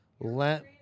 Let